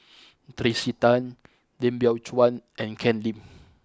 Tracey Tan Lim Biow Chuan and Ken Lim